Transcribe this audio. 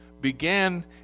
began